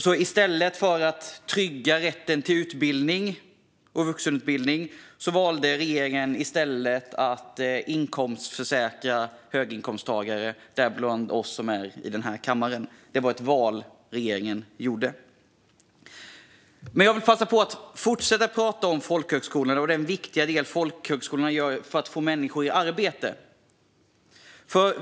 I stället för att trygga rätten till utbildning och vuxenutbildning valde regeringen att inkomstförsäkra höginkomsttagare, däribland oss i den här kammaren. Det var ett val som regeringen gjorde. Jag vill passa på att fortsätta att prata om folkhögskolorna och om den viktiga del folkhögskolorna gör för att få människor i arbete.